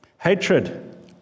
hatred